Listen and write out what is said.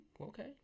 Okay